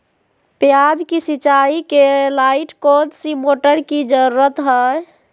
प्याज की सिंचाई के लाइट कौन सी मोटर की जरूरत है?